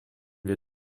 wir